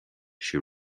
she